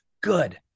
good